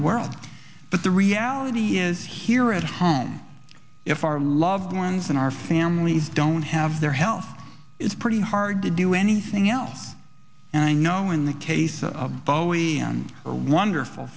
the world but the reality is here at home if our loved ones in our families don't have their health it's pretty hard to do anything else and i know in the case of bowie and a wonderful